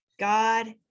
God